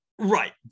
Right